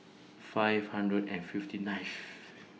five hundred and fifty ninth